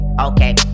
Okay